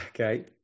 Okay